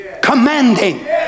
commanding